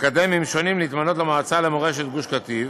אקדמיים שונים להתמנות למועצה למורשת גוש קטיף.